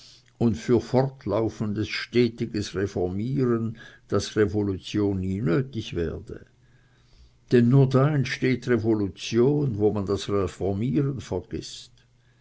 und für fortdauerndes stetiges reformieren daß revolution nie nötig werde denn nur da entsteht revolution wo man das reformieren vergißt